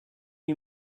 you